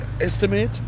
estimate